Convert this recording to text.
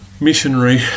missionary